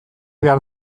behar